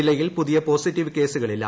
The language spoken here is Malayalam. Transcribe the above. ജില്ലയിൽ പുതിയ പോസിറ്റീവ് കേസുകളില്ല